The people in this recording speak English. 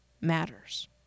matters